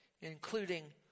including